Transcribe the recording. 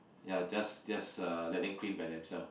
ya just just uh let them clean by themselves